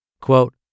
Quote